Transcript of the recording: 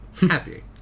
happy